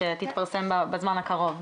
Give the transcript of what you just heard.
תתפרסם בזמן הקרוב.